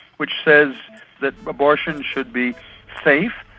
which says that abortion should be safe,